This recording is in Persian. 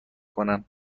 کنن